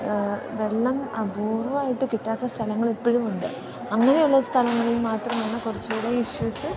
വെള്ളം അപൂർവ്വമായിട്ട് കിട്ടാത്ത സ്ഥലങ്ങളിപ്പോഴും ഉണ്ട് അങ്ങനെയുള്ള സ്ഥലങ്ങളിൽ മാത്രമാണ് കുറച്ചുകൂടി ഇഷ്യൂസ്